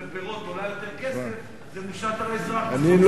וכשהובלת ירקות ופירות עולה יותר כסף זה מושת על האזרח בסוף,